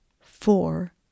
four